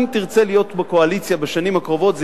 אם תרצה להיות בקואליציה בשנים הקרובות זה